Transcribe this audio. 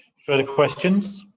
further questions